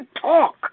talk